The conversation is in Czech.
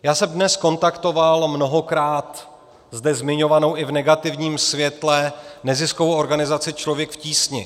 Já jsem dnes kontaktoval mnohokrát zde zmiňovanou i v negativním světle neziskovou organizaci Člověk v tísni.